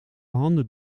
handen